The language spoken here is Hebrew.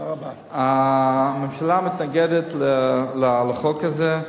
הממשלה מתנגדת לחוק הזה.